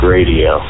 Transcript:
Radio